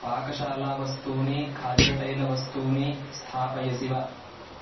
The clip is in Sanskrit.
पाकशाला वस्तूनि खाद्यतैलवस्तूनि स्थापयसि वा